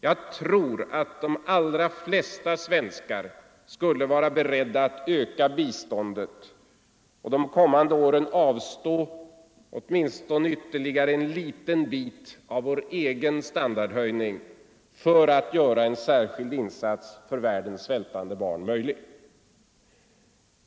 Jag tror att de allra flesta svenskar skulle vara beredda att öka biståndet och under de kommande åren avstå åtminstone ytterligare en liten bit av vår egen standardhöjning för att möjliggöra en särskild insats för världens svältande barn.